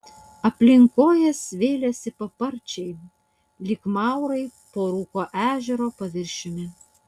aplink kojas vėlėsi paparčiai lyg maurai po rūko ežero paviršiumi